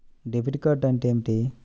Debit card అంటే ఏమిటి?